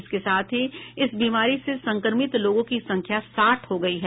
इसके साथ ही इस बीमारी से संक्रमित लोगों की संख्या साठ हो गयी है